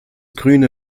grüne